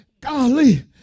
golly